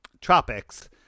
tropics